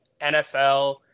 NFL